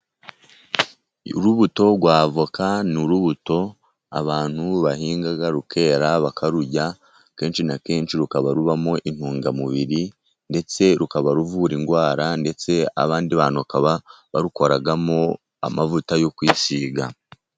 Urubuto rwa avoka ni urubuto abantu bahinga rukera bakarurya kenshi na kenshi rukaba rubamo intungamubiri ndetse rukaba ruvura indwara ndetse abandi bantu bakaba barukoramo amavuta yo kwisiga.